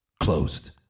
closed